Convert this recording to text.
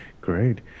great